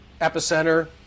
Epicenter